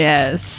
Yes